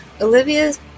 Olivia's